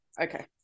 Okay